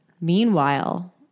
meanwhile